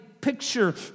picture